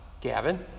Gavin